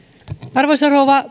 arvoisa rouva